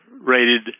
rated